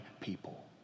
people